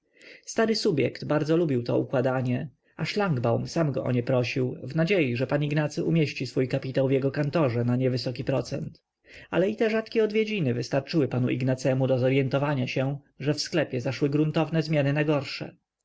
stary subjekt bardzo lubił to układanie a szlangbaum sam go o nie prosił w nadziei że pan ignacy umieści swój kapitał w jego kantorze na niewysoki procent ale i te rzadkie odwiedziny wystarczyły panu ignacemu do zoryentowania się że w sklepie zaszły gruntowne zmiany